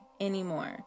anymore